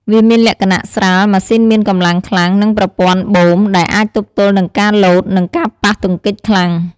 វាមានលក្ខណៈស្រាល ម៉ាស៊ីនមានកម្លាំងខ្លាំង និងប្រព័ន្ធបូម ដែលអាចទប់ទល់នឹងការលោត និងការប៉ះទង្គិចខ្លាំង។